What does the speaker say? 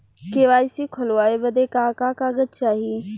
KYC खोलवावे बदे का का कागज चाही?